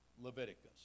Leviticus